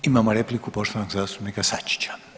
Imamo repliku poštovanog zastupnika Sačića.